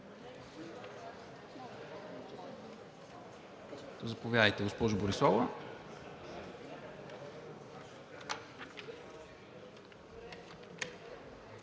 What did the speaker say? Заповядайте, госпожо Бориславова.